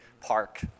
park